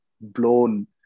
blown